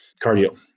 cardio